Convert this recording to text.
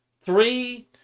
Three